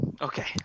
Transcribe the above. Okay